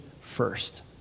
first